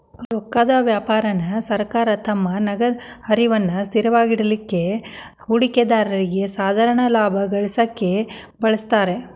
ರೊಕ್ಕದ್ ವ್ಯಾಪಾರಾನ ಸರ್ಕಾರ ತಮ್ಮ ನಗದ ಹರಿವನ್ನ ಸ್ಥಿರವಾಗಿಡಲಿಕ್ಕೆ, ಹೂಡಿಕೆದಾರ್ರಿಗೆ ಸಾಧಾರಣ ಲಾಭಾ ಗಳಿಸಲಿಕ್ಕೆ ಬಳಸ್ತಾರ್